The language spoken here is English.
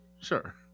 Sure